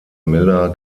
miller